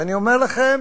ואני אומר לכם